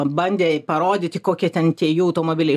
bandė parodyti kokie ten tie jų automobiliai